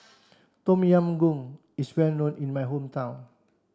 Tom Yam Goong is well known in my hometown